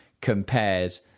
compared